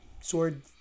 sword